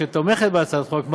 שתומכת בהצעת החוק,